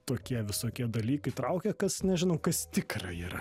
tokie visokie dalykai traukia kas nežinau kas tikrai yra